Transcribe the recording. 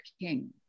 king